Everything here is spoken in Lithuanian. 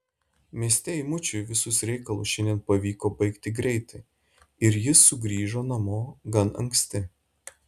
mieste eimučiui visus reikalus šiandien pavyko baigti greitai ir jis sugrįžo namo gan anksti